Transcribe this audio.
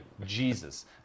jesus